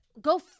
go